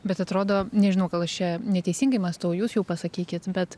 bet atrodo nežinau gal aš čia neteisingai mąstau jūs jau pasakykit bet